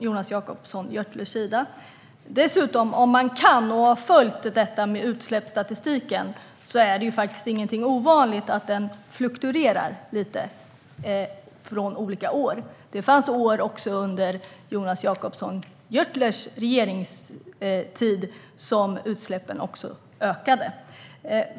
Om man har följt utsläppsstatistiken vet man att det inte är ovanligt att den fluktuerar lite olika år. Det fanns år under Jonas Jacobsson Gjörtlers regeringstid som utsläppen också ökade.